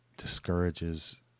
discourages